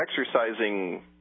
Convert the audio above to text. exercising